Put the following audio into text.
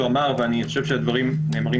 כשהוא אמר ואני חושב שהדברים עולים